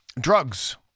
drugs